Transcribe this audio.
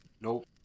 Nope